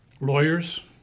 lawyers